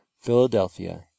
Philadelphia